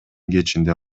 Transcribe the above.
кечинде